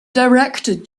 directed